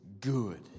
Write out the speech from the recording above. good